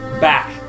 back